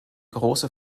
große